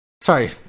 Sorry